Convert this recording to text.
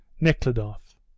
Nekhludoff